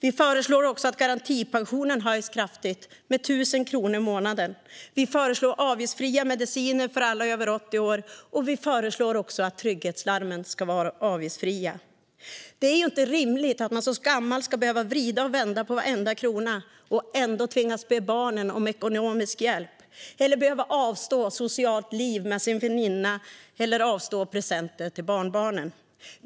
Vi föreslår också att garantipensionen höjs kraftigt, med 1 000 kronor per månad. Vi föreslår avgiftsfria mediciner för alla över 80 år, och vi föreslår att trygghetslarmen ska vara avgiftsfria. Det är inte rimligt att man som gammal ska behöva vrida och vända på varenda krona och ändå tvingas be barnen om ekonomisk hjälp eller behöva avstå socialt liv med sin väninna eller avstå presenter till barnbarnen.